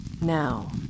Now